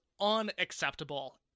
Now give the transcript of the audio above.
unacceptable